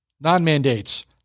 non-mandates